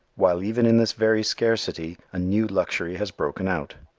while even in this very scarcity a new luxury has broken out.